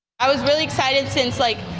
i was really excited since like.